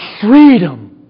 freedom